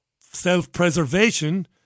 Self-preservation